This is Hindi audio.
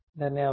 धन्यवाद